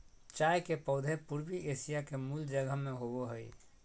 चाय के पौधे पूर्वी एशिया के मूल जगह में होबो हइ